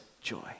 joy